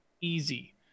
easy